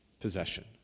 possession